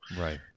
right